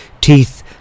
Teeth